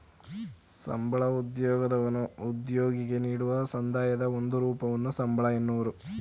ಸಂಬಳ ಉದ್ಯೋಗದತನು ಉದ್ಯೋಗಿಗೆ ನೀಡುವ ಸಂದಾಯದ ಒಂದು ರೂಪವನ್ನು ಸಂಬಳ ಎನ್ನುವರು